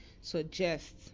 suggest